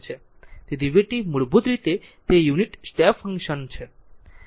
તેથી v t મૂળભૂત રીતે તે યુનિટ સ્ટેપ ફંક્શનનું ફંક્શન છે